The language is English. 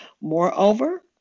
Moreover